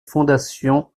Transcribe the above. fondations